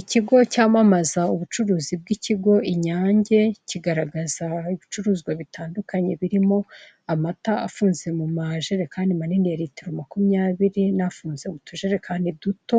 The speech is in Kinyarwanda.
Ikigo cyamamaza ubucuruzi bw'ikigo Inyange, kigaragaza ibicuruzwa bitandukanye birimo amata afunze mu majerekani manini ya litiro makumyabiri n'afunze m'utujerekani duto.